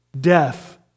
death